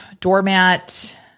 doormat